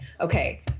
okay